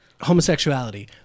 homosexuality